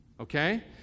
Okay